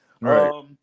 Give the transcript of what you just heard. Right